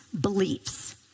beliefs